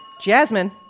Jasmine